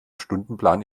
stundenplan